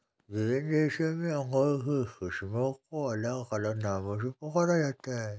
विभिन्न देशों में अंगूर की किस्मों को अलग अलग नामों से पुकारा जाता है